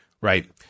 Right